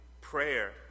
prayer